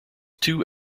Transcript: two